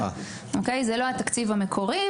זה לא התקציב המקורי.